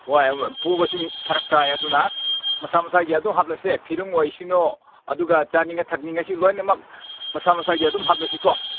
ꯍꯣꯏ ꯄꯨꯕꯁꯨ ꯐꯔꯛ ꯇꯥꯏ ꯑꯗꯨꯅ ꯃꯁꯥ ꯃꯁꯥꯒꯤ ꯑꯗꯨꯝ ꯍꯥꯞꯂꯁꯦ ꯐꯤꯔꯣꯟ ꯑꯣꯏꯁꯅꯨ ꯑꯗꯨꯒ ꯆꯥꯅꯤꯡꯉꯥꯏ ꯊꯛꯅꯤꯡꯉꯥꯏꯁꯨ ꯂꯣꯏꯅꯃꯛ ꯃꯁꯥ ꯃꯁꯥꯒꯤ ꯑꯗꯨꯝ ꯍꯥꯞꯂꯁꯤ ꯀꯣ